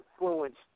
influenced